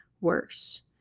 worse